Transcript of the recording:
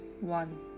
One